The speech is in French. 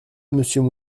monsieur